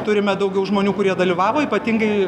turime daugiau žmonių kurie dalyvavo ypatingai